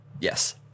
Yes